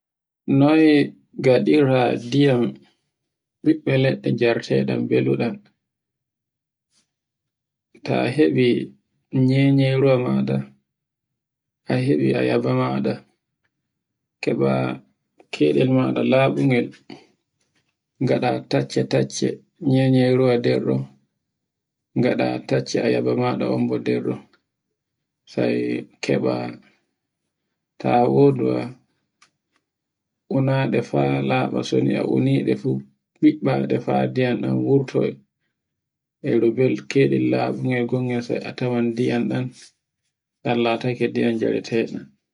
Noy ngadirta ndiyam ɓeɓɓe leɗɗe jarateɗen beluɗen. Ta heɓi neneruwa maɗa, a heɓi ayaba maɗa, keɓa kedel maɗa laɓungel ngada tacce-tacce neneruwa e nder dum, ngaɗa tacce ayaba mada e nɗer dum. Sai keɓa tawoduwa unaɗe fa laɓa ta ni a uniɗe fu, ɓiɓɓaɗe fa ndiyam ɗan wurto, e rubeyel keudel laɓungel gongel sai a tawan ndiyam dan ɗan lataake ndiyam njareteɗan.